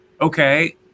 okay